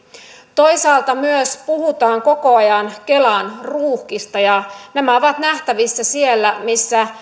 toisaalta myös puhutaan koko ajan kelan ruuhkista ja nämä ovat nähtävissä siellä missä